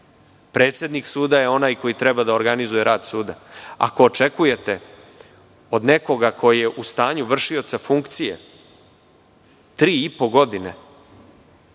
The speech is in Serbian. Predsednik suda je onaj koji treba da organizuje rad suda. Ako očekujete od nekoga ko je u stanju vršioca funkcije tri i po godine